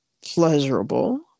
pleasurable